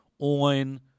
on